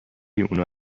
اونو